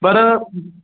पर